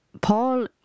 Paul